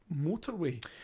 motorway